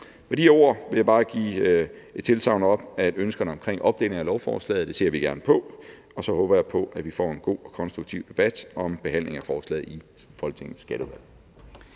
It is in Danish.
Med de ord vil jeg bare give tilsagn om, at ønskerne om opdeling af lovforslaget ser vi gerne på, og så håber jeg på, at vi får en god og konstruktiv debat under behandlingen af forslaget i Skatteudvalget